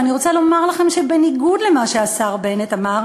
ואני רוצה לומר לכם שבניגוד למה שהשר בנט אמר,